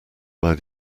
buy